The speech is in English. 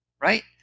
right